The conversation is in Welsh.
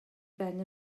ben